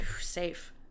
safe